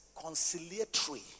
conciliatory